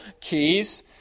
keys